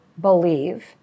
believe